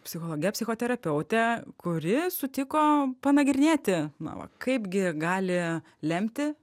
psichologe psichoterapeute kuri sutiko panagrinėti na va kaip gi gali lemti